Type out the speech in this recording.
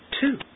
Two